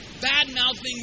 bad-mouthing